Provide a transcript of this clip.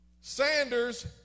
Sanders